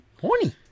Horny